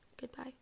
goodbye